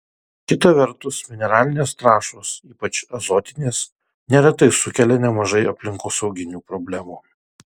kita vertus mineralinės trąšos ypač azotinės neretai sukelia nemažai aplinkosauginių problemų